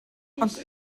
ond